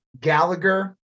Gallagher